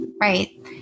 Right